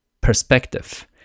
perspective